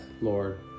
Lord